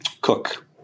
Cook